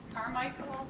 carmichael.